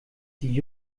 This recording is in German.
die